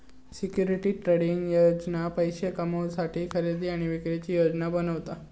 securities trading योजना पैशे कमवुसाठी खरेदी आणि विक्रीची योजना बनवता